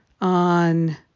on